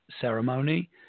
ceremony